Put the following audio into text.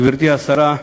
גברתי השרה,